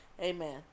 Amen